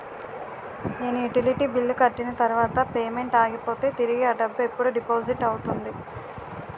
నేను utility bill కట్టిన తర్వాత పేమెంట్ ఆగిపోతే తిరిగి అ డబ్బు ఎప్పుడు డిపాజిట్ అవుతుంది?